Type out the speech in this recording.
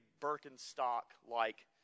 Birkenstock-like